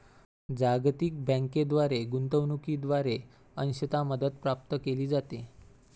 जागतिक बँकेद्वारे गुंतवणूकीद्वारे अंशतः मदत प्राप्त केली जाते